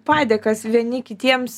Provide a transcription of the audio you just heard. padėkas vieni kitiems